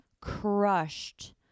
crushed